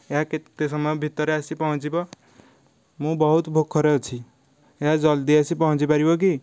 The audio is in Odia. ଏହା କେତେ ସମୟ ଭିତରେ ଆସିକି ପହଞ୍ଚିବ ମୁଁ ବହୁତ ଭୋକରେ ଅଛି ଏହା ଜଲ୍ଦି ଆସିକି ପହଞ୍ଚି ପାରିବ କି